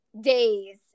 days